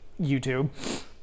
YouTube